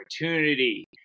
opportunity